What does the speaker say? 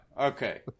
okay